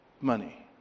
money